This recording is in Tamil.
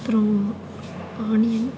அப்றம் ஆனியன்